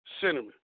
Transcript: cinnamon